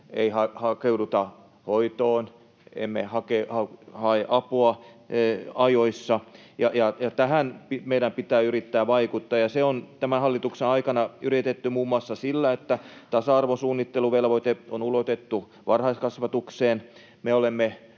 eikä hakeuduta hoitoon, eli emme hae apua ajoissa. Tähän meidän pitää yrittää vaikuttaa, ja sitä on tämän hallituksen aikana yritetty muun muassa sillä, että tasa-arvosuunnitteluvelvoite on ulotettu varhaiskasvatukseen. Nyt